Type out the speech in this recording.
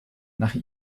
nach